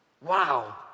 Wow